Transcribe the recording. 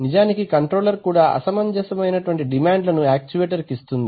నిజానికి కంట్రోలర్ కూడా అసమంజసమైన డిమాండ్లను యాక్చువేటర్ కు ఇస్తుంది